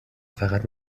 فقط